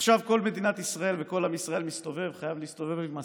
עכשיו כל מדינת ישראל וכל עם ישראל חייבים להסתובב עם מסכות.